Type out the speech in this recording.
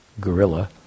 gorilla